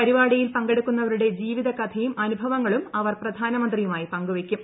പരിപാടിയിൽ പങ്കെടുക്കുന്നവരുടെ ജീവിതകഥയും അനുഭവ ങ്ങളും അവർ പ്രധാനമന്ത്രിയുമായി പങ്കുവെക്കും